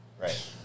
Right